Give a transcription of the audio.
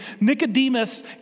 Nicodemus